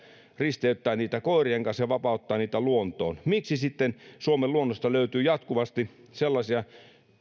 risteyttää niitä koirien kanssa ja vapauttaa niitä luontoon miksi sitten suomen luonnosta löytyy jatkuvasti sellaisia